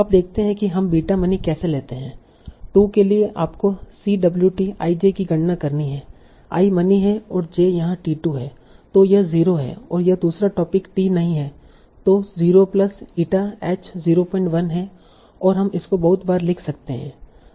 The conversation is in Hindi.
अब देखते हैं कि हम बीटा मनी कैसे लेते हैं 2 के लिए आपको Cwt ij की गणना करनी है i मनी है और j यहा t2 हैI तो यह 0 है और यह दूसरा टोपिक टी नहीं है तों 0 प्लस ईटा एच 01 है और हम इसको बहुत बार लिख सकते है